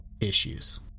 issues